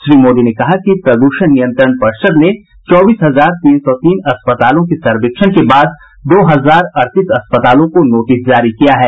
श्री मोदी ने कहा कि प्रद्षण नियंत्रण पर्षद ने चौबीस हजार तीन सौ तीन अस्पतालों के सर्वेक्षण के बाद दो हजार अड़तीस अस्पतालों को नोटिस जारी किया है